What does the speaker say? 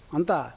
Anta